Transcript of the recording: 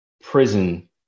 prison